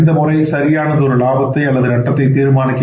எந்தமுறை சரியானதொரு லாபத்தை அல்லது நட்டத்தையை தீர்மானிக்கும்